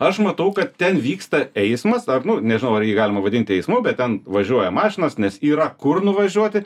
aš matau kad ten vyksta eismas ar nu nežinau ar jį galima vadinti teismu bet ten važiuoja mašinos nes yra kur nuvažiuoti